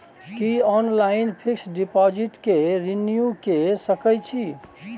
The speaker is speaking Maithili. की ऑनलाइन फिक्स डिपॉजिट के रिन्यू के सकै छी?